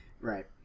right